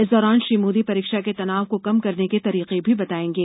इस दौरान श्री मोदी परीक्षा के तनाव को कम करने के तरीके भी बतायेंगे